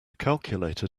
calculator